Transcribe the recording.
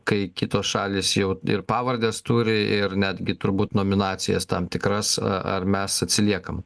kai kitos šalys jau ir pavardes turi ir netgi turbūt nominacijas tam tikras ar mes atsiliekam